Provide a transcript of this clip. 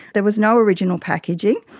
there was no original packaging.